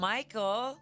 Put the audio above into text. Michael